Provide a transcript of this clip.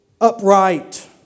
Upright